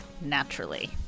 naturally